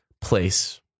place